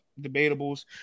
debatables